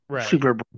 super